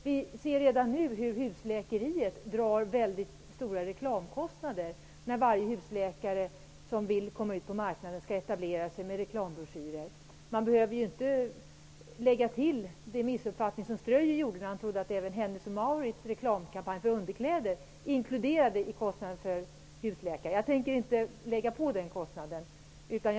Vi ser redan nu hur husläkeriet drar stora reklamkostnader, när varje husläkare som vill komma ut på marknaden skall etablera sig med hjälp av reklambroschyrer. Ströyer trodde att även Hennes & Mauritz reklam för underkläder var reklam för husläkarna. Jag tänker inte lägga på den kostnaden.